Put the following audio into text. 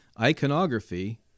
iconography